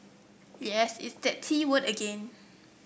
yes it's that T word again